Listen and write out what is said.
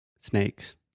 Snakes